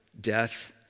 death